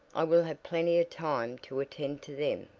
i will have plenty of time to attend to them,